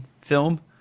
film